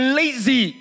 lazy